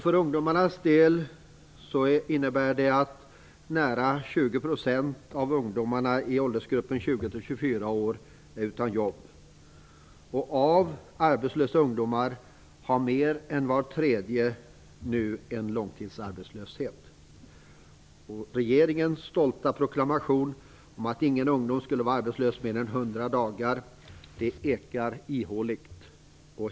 För ungdomarnas del innebär det att nära 20 % av åldersgruppen 20-24 år är utan jobb. Av arbetslösa ungdomar har mer än var tredje en långtidsarbetslöshet. Regeringens stolta proklamation om att ingen ung människa skulle vara arbetslös mer än 100 dagar ekar ihåligt.